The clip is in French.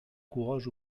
courage